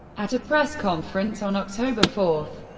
at a press conference on october four,